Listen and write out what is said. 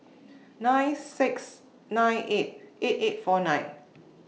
nine six nine eight eight eight four nine